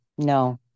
No